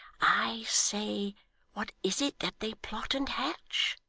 i say what is it that they plot and hatch?